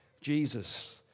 Jesus